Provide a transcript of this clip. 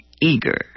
eager